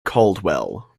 caldwell